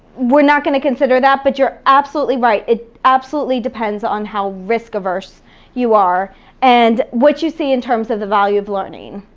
we're not gonna consider that, but you're absolutely right. it absolutely depends on how risk averse you are and what you see in terms of the value of learning.